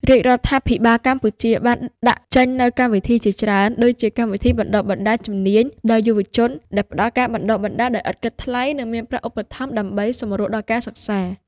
រាជរដ្ឋាភិបាលកម្ពុជាបានដាក់ចេញនូវកម្មវិធីជាច្រើន ដូចជាកម្មវិធីបណ្តុះបណ្តាលជំនាញដល់យុវជន ដែលផ្តល់ការបណ្តុះបណ្តាលដោយឥតគិតថ្លៃ និងមានប្រាក់ឧបត្ថម្ភ ដើម្បីសម្រួលដល់ការសិក្សា។